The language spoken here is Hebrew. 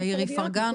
תאיר איפרגן,